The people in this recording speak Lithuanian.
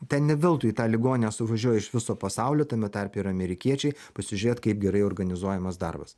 ten ne veltui į tą ligonę suvažiuoja iš viso pasaulio tame tarpe ir amerikiečiai pasižiūrėt kaip gerai organizuojamas darbas